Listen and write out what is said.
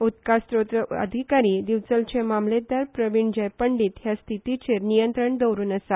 उदका स्त्रोत अदिकारी दिवचलचे मामलेदार प्रविणजय पंडीत हे स्थितीचेर नियंत्रण दवरून आसा